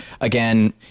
again